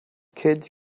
kids